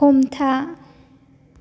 हमथा